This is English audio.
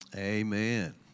Amen